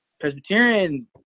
Presbyterian